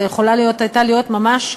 זו יכולה הייתה יכולה להיות ממש,